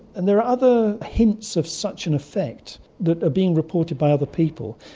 and there are other hints of such an effect that are being reported by other people,